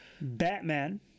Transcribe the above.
Batman